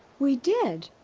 we did.